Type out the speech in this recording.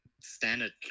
standard